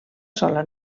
sola